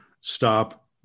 Stop